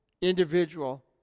individual